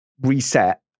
reset